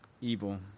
evil